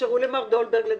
תאפשרו למר דולברג לדבר.